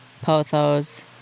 Pothos